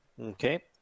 Okay